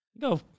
Go